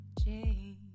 change